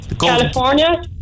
California